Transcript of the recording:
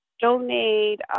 donate